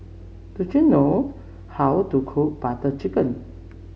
do you know how to cook Butter Chicken